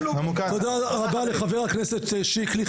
תודה רבה לחבר הכנסת שיקלי.